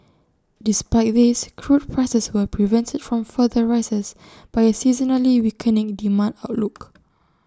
despite this crude prices were prevented from further rises by A seasonally weakening demand outlook